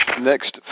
next